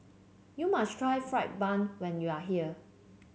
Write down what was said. you must try fried bun when you are here